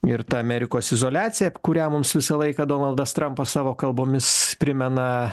ir ta amerikos izoliacija kurią mums visą laiką donaldas trampas savo kalbomis primena